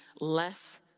less